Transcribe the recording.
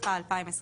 התשפ"א-2021